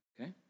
okay